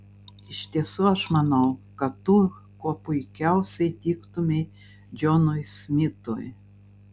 iš tiesų aš manau kad tu kuo puikiausiai tiktumei džonui smitui